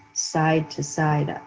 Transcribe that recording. side to side,